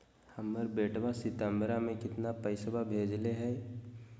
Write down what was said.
हमर बेटवा सितंबरा में कितना पैसवा भेजले हई?